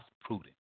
prudent